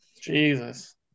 Jesus